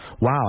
Wow